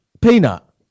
peanut